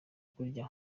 kurya